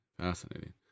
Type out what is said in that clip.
fascinating